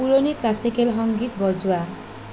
পুৰণি ক্লাছিকেল সংগীত বজোৱা